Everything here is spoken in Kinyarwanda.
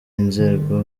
inzego